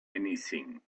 anything